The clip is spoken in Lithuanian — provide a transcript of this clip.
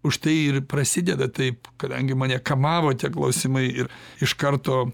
užtai ir prasideda taip kadangi mane kamavo tie klausimai ir iš karto